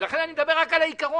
לכן אני מדבר רק על העיקרון.